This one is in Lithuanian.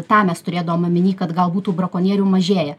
tą mes turėdavom omeny kad galbūt tų brakonierių mažėja